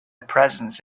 presence